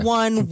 one